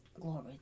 Glory